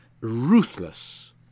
ruthless